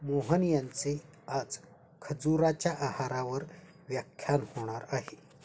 मोहन यांचे आज खजुराच्या आहारावर व्याख्यान होणार आहे